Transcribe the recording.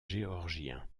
géorgien